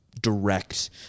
direct